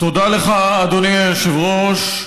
תודה לך, אדוני היושב-ראש.